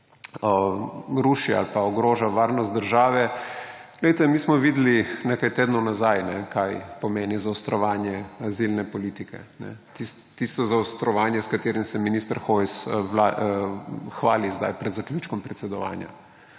ruši ali pa ogroža varnost države, glejte, mi smo videli nekaj tednov nazaj, kaj pomeni zaostrovanje azilne politike, tisto zaostrovanje, s katerim se minister Hojs hvali zdaj pred zaključkom predsedovanja.